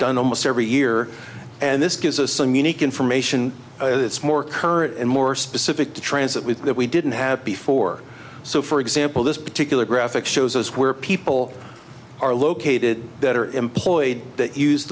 done almost every year and this gives us some unique information that's more current and more specific to transit with that we didn't have before so for example this particular graphic shows us where people are located that are employed that use